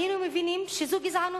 היינו מבינים שזו גזענות,